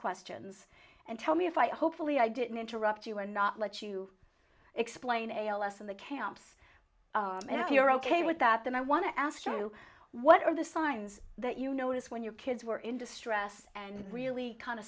questions and tell me if i hopefully i didn't interrupt you or not let you explain a l s in the camps if you're ok with that then i want to ask you what are the signs that you noticed when your kids were in distress and really kind